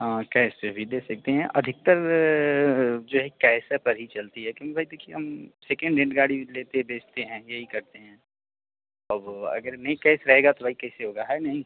हाँ कैस से भी दे सकती हैं अधिकतर जो है कैसे ही पर चलती है क्योंकि भाई देखिए हम सेकेंड हेंड गाड़ी लेते बेचते हैं यही करते हैं अब अगर नहीं कैस रहेगा तो भाई कैसे होगा है नहीं